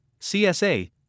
CSA